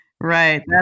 Right